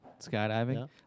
skydiving